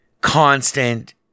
constant